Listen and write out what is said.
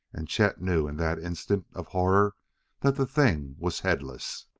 and chet knew in that instant of horror that the thing was headless!